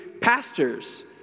pastors